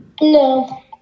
No